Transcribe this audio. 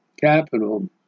capital